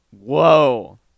Whoa